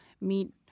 meet